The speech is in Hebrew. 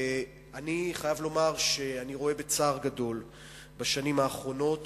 אני חייב לומר שאני רואה בצער גדול בשנים האחרונות